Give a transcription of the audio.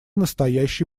настоящей